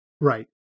Right